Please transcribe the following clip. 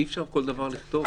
אי אפשר כל דבר לכתוב.